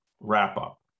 wrap-up